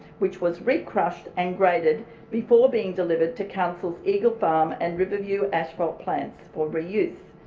which was recrushed and graded before being delivered to council's eagle farm and riverview asphalt plants for reuse.